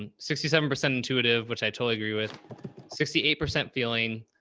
and sixty seven percent intuitive, which i totally agree. with sixty eight percent feeling,